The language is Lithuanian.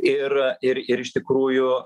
ir ir ir iš tikrųjų